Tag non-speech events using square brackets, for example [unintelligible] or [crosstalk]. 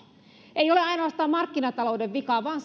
ei ole ainoastaan markkinatalouden vika vaan [unintelligible]